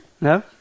No